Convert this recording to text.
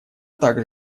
так